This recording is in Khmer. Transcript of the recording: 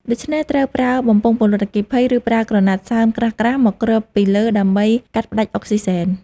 ដូច្នេះត្រូវប្រើបំពង់ពន្លត់អគ្គីភ័យ ឬប្រើក្រណាត់សើមក្រាស់ៗមកគ្របពីលើដើម្បីកាត់ផ្ដាច់អុកស៊ីសែន។